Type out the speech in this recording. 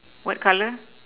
what color